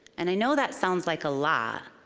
and i know that sounds like a lot,